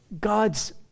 God's